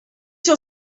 sur